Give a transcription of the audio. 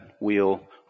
wheel